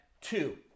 two